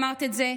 אמרת את זה,